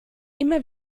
immer